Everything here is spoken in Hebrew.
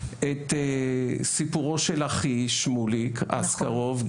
את סיפורו של אחי שמוליק אסקרוב,